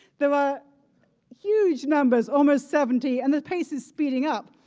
there are huge numbers, almost seventy. and the pace is speeding up.